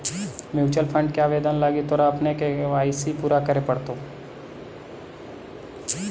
mutual fund के आवेदन लागी तोरा अपन के.वाई.सी पूरा करे पड़तो